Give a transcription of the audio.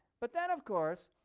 but then of course,